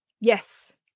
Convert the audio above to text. Yes